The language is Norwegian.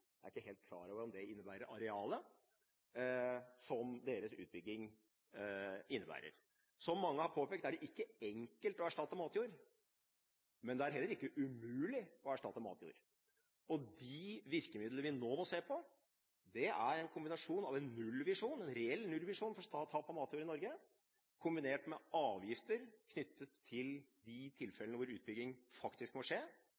jeg er ikke helt klar over om det innebærer arealet – som deres utbygging innebærer. Som mange har påpekt, er det ikke enkelt å erstatte matjord, men det er heller ikke umulig å erstatte matjord. De virkemidlene vi nå må se på, er en nullvisjon, en reell nullvisjon for tap av matjord i Norge, kombinert med avgifter knyttet til de tilfellene hvor utbygging faktisk må skje,